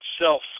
self